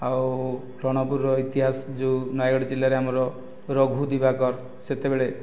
ଆଉ ରଣପୁରର ଇତିହାସ ଯେଉଁ ନୟାଗଡ଼ ଜିଲ୍ଲାରେ ଆମର ରଘୁ ଦିବାକର ସେତେବେଳ